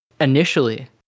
initially